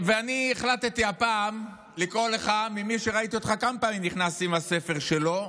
אני החלטתי הפעם לקרוא לך ממי שראיתי אותך כמה פעמים נכנס עם הספר שלו,